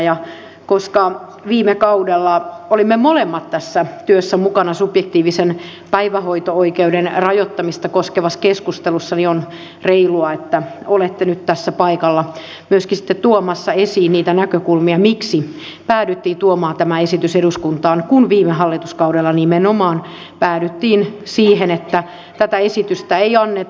ja koska viime kaudella olimme molemmat tässä työssä mukana subjektiivisen päivähoito oikeuden rajoittamista koskevassa keskustelussa niin on reilua että olette nyt tässä paikalla myöskin sitten tuomassa esiin niitä näkökulmia miksi päädyttiin tuomaan tämä esitys eduskuntaan kun viime hallituskaudella nimenomaan päädyttiin siihen että tätä esitystä ei anneta